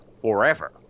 forever